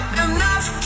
enough